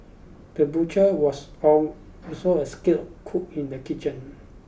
the butcher was also a skilled cook in the kitchen